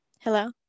hello